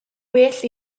well